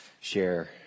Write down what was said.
share